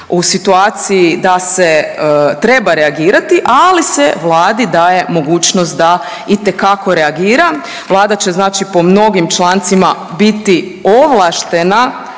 u situaciji da se treba reagirati, ali se Vladi daje mogućnost da itekako reagira. Vlada će znači po mnogim člancima biti ovlaštena